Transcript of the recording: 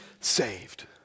saved